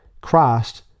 Christ